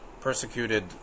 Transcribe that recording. persecuted